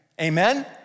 amen